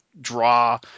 draw